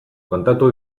kontatu